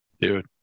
Dude